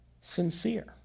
sincere